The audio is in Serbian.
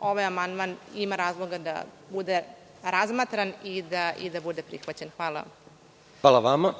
ovaj amandman ima razloga da bude razmatran i da bude prihvaćen. Hvala vam. **Žarko Korać** Hvala vama.